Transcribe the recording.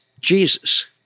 Jesus